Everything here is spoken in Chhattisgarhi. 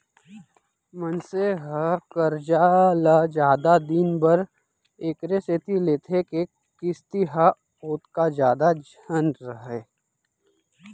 मनसे ह करजा ल जादा दिन बर एकरे सेती लेथे के किस्ती ह ओतका जादा झन रहय